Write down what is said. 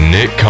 Nick